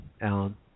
Alan